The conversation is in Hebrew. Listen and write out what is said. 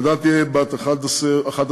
הוועדה תהיה בת 11 חברים,